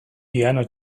piano